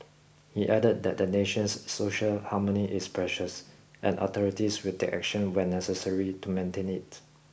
he added that the nation's social harmony is precious and authorities will take action when necessary to maintain it